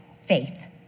faith